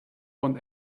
want